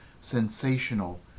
sensational